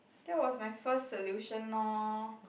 that was my first solution loh